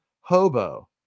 Hobo